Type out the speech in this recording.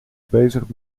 bezig